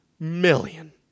million